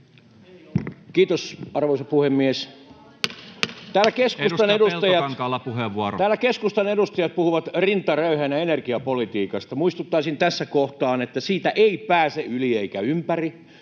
Puhemies koputtaa] Täällä keskustan edustajat puhuvat rinta röyheänä energiapolitiikasta. Muistuttaisin tässä kohtaa, että siitä ei pääse yli eikä ympäri,